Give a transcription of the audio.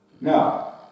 Now